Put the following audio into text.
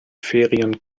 ferien